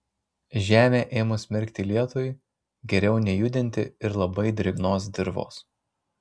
žemę ėmus merkti lietui geriau nejudinti ir labai drėgnos dirvos